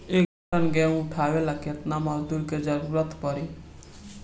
ग्यारह टन गेहूं उठावेला केतना मजदूर के जरुरत पूरी?